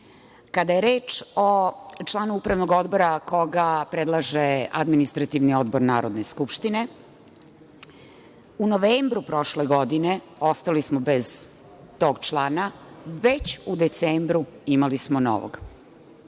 je reč o članu upravnog odbora koga predlaže Administrativni odbor Narodne skupštine, u novembru prošle godine ostali smo bez tog člana, već u decembru imali smo novog.